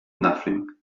nothing